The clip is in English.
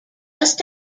just